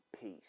Peace